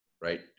right